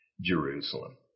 Jerusalem